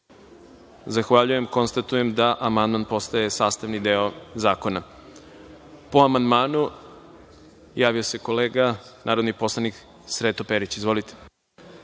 Zahvaljujem. Konstatujem da amandman postaje sastavni deo Zakona. Po amandmanu javio se kolega narodni poslanik Sreto Perić. Izvolite.